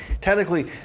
technically